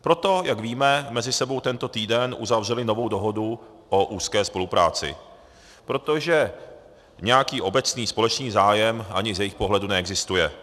Proto, jak víme, mezi sebou tento týden uzavřeli novou dohodu o úzké spolupráci, protože nějaký obecný společný zájem ani z jejich pohledu neexistuje.